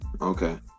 okay